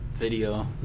Video